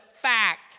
fact